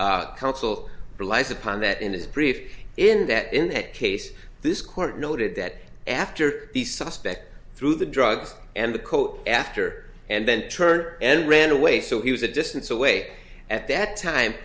the counsel relies upon that in his brief in that in that case this court noted that after the suspect threw the drugs and the coat after and then turned and ran away so he was a distance away at that time